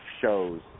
shows